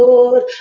Lord